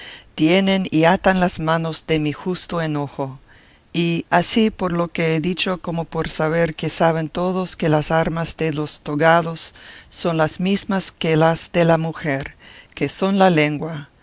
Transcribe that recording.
tienen y atan las manos de mi justo enojo y así por lo que he dicho como por saber que saben todos que las armas de los togados son las mesmas que las de la mujer que son la lengua